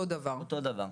אותו דבר.